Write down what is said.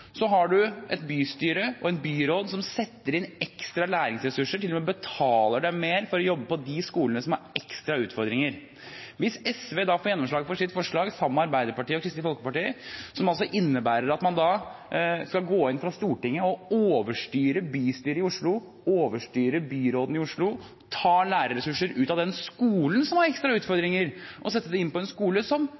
har man et bystyre og en byråd som setter inn ekstra lærerressurser, betaler dem til og med mer for å jobbe på de skolene som har ekstra utfordringer. Hvis SV da får gjennomslag for sitt forslag, sammen med Arbeiderpartiet og Kristelig Folkeparti, innebærer det altså at Stortinget da skal gå inn og overstyre bystyret i Oslo, overstyre byråden i Oslo, ta lærerressurser ut av den skolen som har ekstra utfordringer, og sette dem inn på en skole som